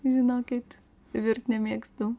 žinokit virt nemėgstu